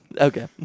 okay